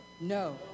No